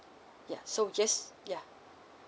ya so yes ya